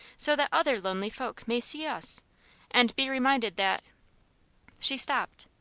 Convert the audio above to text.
so that other lonely folk may see us and be reminded that she stopped.